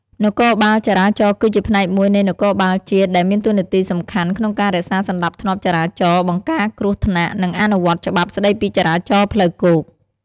នគរបាលចរាចរណ៍ គឺជាផ្នែកមួយនៃនគរបាលជាតិ ដែលមានតួនាទីសំខាន់ក្នុងការរក្សាសណ្ដាប់ធ្នាប់ចរាចរណ៍ បង្ការគ្រោះថ្នាក់ និងអនុវត្តច្បាប់ស្ដីពីចរាចរណ៍ផ្លូវគោក។